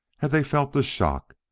had they felt the shock?